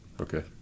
Okay